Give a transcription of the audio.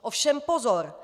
Ovšem pozor!